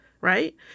right